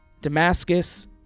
Damascus